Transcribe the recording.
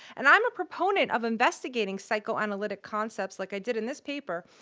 and i'm a proponent of investigating psychoanalytic concepts, like i did in this paper,